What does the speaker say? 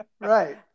Right